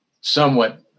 somewhat